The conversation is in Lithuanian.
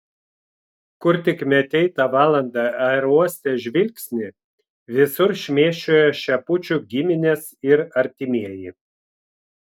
kur tik metei tą valandą aerouoste žvilgsnį visur šmėsčiojo šepučių giminės ir artimieji